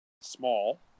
small